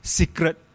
secret